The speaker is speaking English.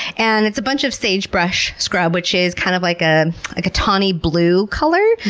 and it's a bunch of sage brush scrub, which is kind of like ah like a tawny blue color,